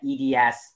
EDS